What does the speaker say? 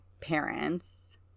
parents